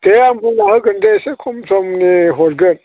दे आं बुंना होगोन दे एसे खम समनि हरगोन